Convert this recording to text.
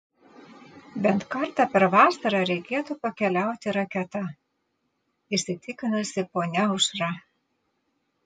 bent kartą per vasarą reikėtų pakeliauti raketa įsitikinusi ponia aušra